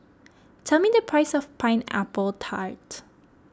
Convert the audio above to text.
tell me the price of Pineapple Tart